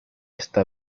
está